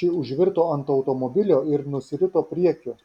ši užvirto ant automobilio ir nusirito priekiu